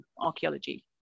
archaeology